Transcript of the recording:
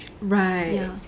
Right